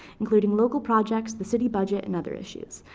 including local projects, the city budget, and other issues.